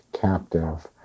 captive